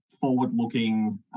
forward-looking